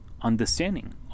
understanding